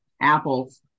Apples